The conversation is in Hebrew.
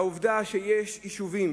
העובדה שיש יישובים